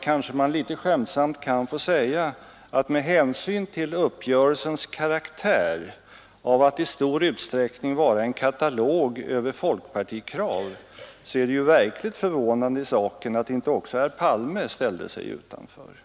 kanske man litet skämtsamt kan få säga att med hänsyn till uppgörelsens karaktär av att i stor utsträckning vara en katalog över folkpartikrav, är det verkligt förvånande i saken att inte också herr Palme ställde sig utanför.